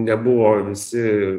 nebuvo visi